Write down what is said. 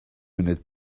munud